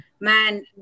man